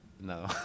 no